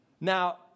Now